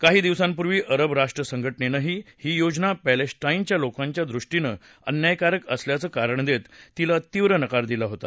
काही दिवसांपूर्वी अरब राष्ट्रसंघटनेनंही ही योजना पॅलेस्टाईनच्या लोकांच्या दृष्टीने अन्यायकारक असल्याचं कारण देत तिला तीव्र नकार दिला होता